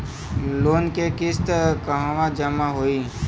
Loan के किस्त कहवा जामा होयी?